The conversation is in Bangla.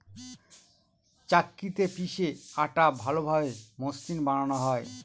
চাক্কিতে পিষে আটা ভালোভাবে মসৃন বানানো হয়